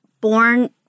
born